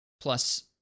plus